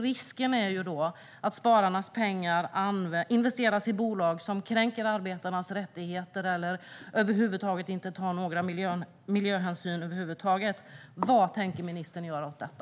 Risken är då att spararnas pengar investeras i bolag som kränker arbetarnas rättigheter eller över huvud taget inte tar några miljöhänsyn. Vad tänker ministern göra åt detta?